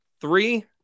Three